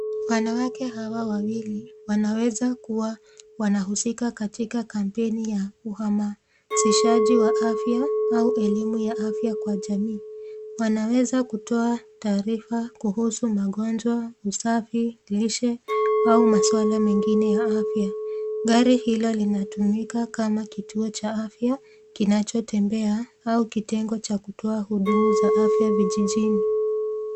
Wanawake hawa wawili wanaeza kuwa wanahusika katika kampeni ya uhamasishaji wa afya au elimu ya afya kwa jamii. Wanaweza kutoa taarifa kuhusu magonjwa, usafi lishe au maswala mengine ya afya. Gari hilo linatumika kama kituo cha afya kinachotembea au kitengo cha kutoa huduma za afya vijijini.